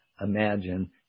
imagine